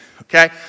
Okay